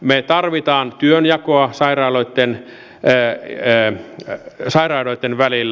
me tarvitsemme työnjakoa sairaaloitten välillä